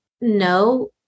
no